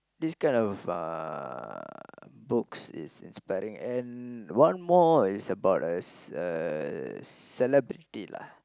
this kind of uh books is inspiring and one more is about uh s~ uh celebrity lah